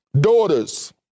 Daughters